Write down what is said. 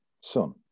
Son